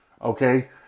Okay